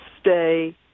stay